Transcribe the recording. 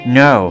no